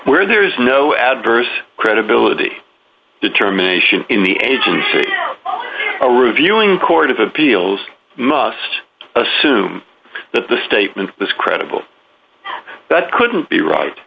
where there is no adverse credibility determination in the agent viewing court of appeals must assume that the statement is credible that couldn't be right